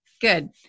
Good